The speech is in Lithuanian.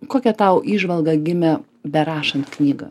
kokia tau įžvalga gimė berašant knygą